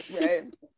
Right